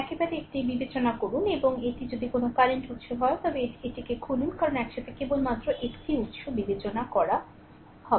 একবারে একটি বিবেচনা করুন এবং এটি যদি কোনও কারেন্ট উত্স হয় তবে এটি এটিকে খুলুন কারণ একসাথে কেবলমাত্র একটি উত্স বিবেচনা করতে হবে